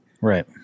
Right